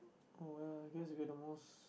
oh well I guess we're the most